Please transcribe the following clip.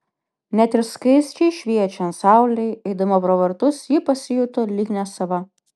net ir skaisčiai šviečiant saulei eidama pro vartus ji pasijuto lyg nesava